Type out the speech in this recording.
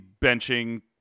benching